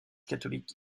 catholique